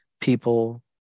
people